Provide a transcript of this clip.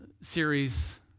series